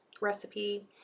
recipe